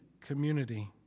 community